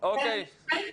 או.קיי.